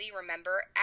remember